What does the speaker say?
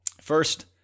First